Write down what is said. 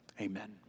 Amen